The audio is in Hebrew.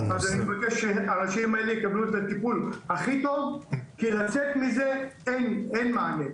אני מבקש שהאנשים האלה יקבלו את הטיפול הכי טוב כי לצאת מזה אין מענה,